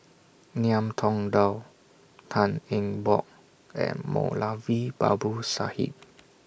Ngiam Tong Dow Tan Eng Bock and Moulavi Babu Sahib